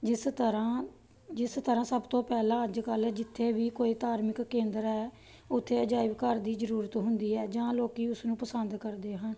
ਜਿਸ ਤਰ੍ਹਾਂ ਜਿਸ ਤਰ੍ਹਾਂ ਸਭ ਤੋਂ ਪਹਿਲਾਂ ਅੱਜ ਕੱਲ ਜਿੱਥੇ ਵੀ ਕੋਈ ਧਾਰਮਿਕ ਕੇਂਦਰ ਹੈ ਉੱਥੇ ਅਜਾਇਬ ਘਰ ਦੀ ਜ਼ਰੂਰਤ ਹੁੰਦੀ ਹੈ ਜਾਂ ਲੋਕ ਉਸ ਨੂੰ ਪਸੰਦ ਕਰਦੇ ਹਨ